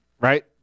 right